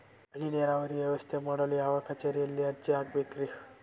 ಹನಿ ನೇರಾವರಿ ವ್ಯವಸ್ಥೆ ಮಾಡಲು ಯಾವ ಕಚೇರಿಯಲ್ಲಿ ಅರ್ಜಿ ಹಾಕಬೇಕು?